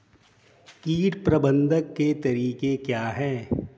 कीट प्रबंधन के तरीके क्या हैं?